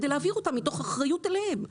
כדי להעביר אותם: מתוך אחריות אליהם.